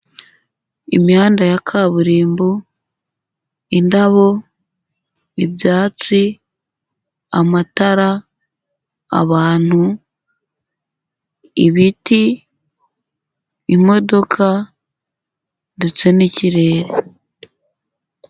Imihanda ya kaburimbo, indabo, ibyatsi, amatara, abantu, ibiti, imodoka ndetse n'ikirere.